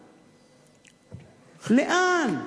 לאן?